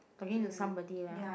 talking to somebody ah